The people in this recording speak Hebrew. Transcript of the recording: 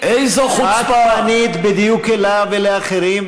את פנית בדיוק אליו ולאחרים,